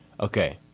Okay